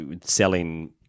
selling